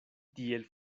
tiel